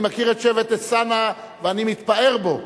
אני מכיר את שבט אלסאנע ואני מתפאר בו.